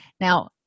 Now